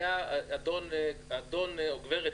אדון או גברת,